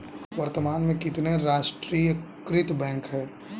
वर्तमान में कितने राष्ट्रीयकृत बैंक है?